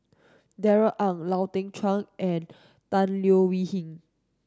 Darrell Ang Lau Teng Chuan and Tan Leo Wee Hin